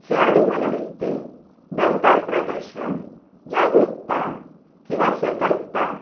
खेळाडू मनोवृत्ती दंतर प्रदर्शन जागरूकता किंवा सतर्कता